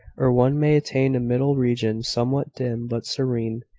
or one may attain a middle region, somewhat dim, but serene.